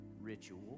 ritual